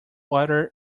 water